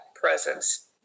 presence